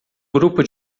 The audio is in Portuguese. grupo